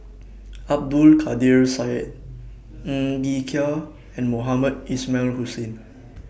Abdul Kadir Syed Ng Bee Kia and Mohamed Ismail Hussain